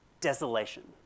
desolation